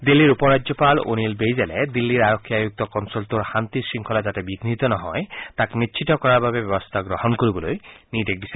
দিল্লীৰ উপ ৰাজ্যপাল অনিল বেইজালে দিল্লীৰ আৰক্ষী আয়ুক্তক অঞ্চলটোৰ শান্তি শৃংখলা যাতে বিঘ্নিত নহয় তাক নিশ্চিত কৰাৰ বাবে ব্যৱস্থা গ্ৰহণ কৰাৰ নিৰ্দেশ দিছে